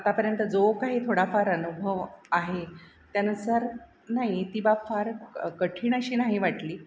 आतापर्यंत जो काही थोडाफार अनुभव आहे त्यानुसार नाही ती बाब फार कठीण अशी नाही वाटली